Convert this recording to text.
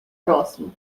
próximo